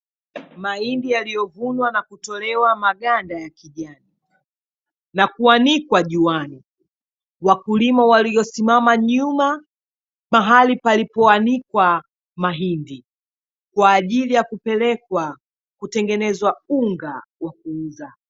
Mahindi yaliyovunwa na kutolewa maganda ya kijani na kuanikwa juani, wakulima waliosimama nyuma mahali palipoanikwa mahindi, kwaajili ya kupelekwa kutengenezwa unga wa kuuza.